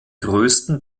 größten